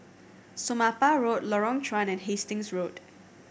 Somapah Road Lorong Chuan and Hastings Road